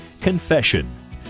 Confession